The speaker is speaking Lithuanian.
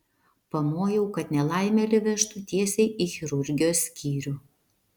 pamojau kad nelaimėlį vežtų tiesiai į chirurgijos skyrių